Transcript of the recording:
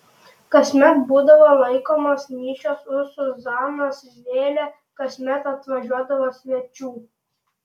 kasmet būdavo laikomos mišios už zuzanos vėlę kasmet atvažiuodavo svečių